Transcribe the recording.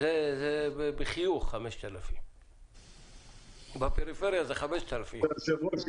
בחיוך זה 5,000. בפריפריה זה 5,000. היושב-ראש,